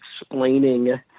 explaining